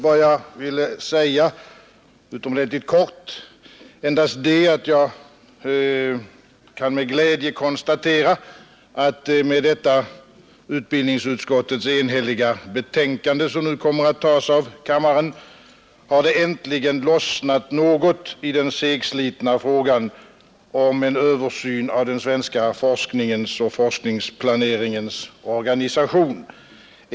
Vad jag ville säga, utomordentligt kort, är endast att jag med glädje kan konstatera att med detta utbildningsutskottets enhälliga betänkande, som nu kommer att tas av kammaren, har det äntligen lossnat något i den segslitna frågan om en översyn av den svenska forskningens och forskningsplaneringens organisation.